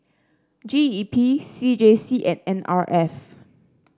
G E P C J C and N R F